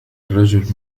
الرجل